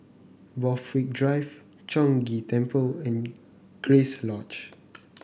Borthwick Drive Chong Ghee Temple and Grace Lodge